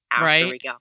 Right